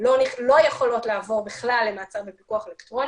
לא יכולות לעבור בכלל למעצר בפיקוח אלקטרוני.